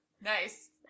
Nice